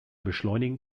beschleunigen